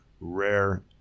rare